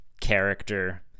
character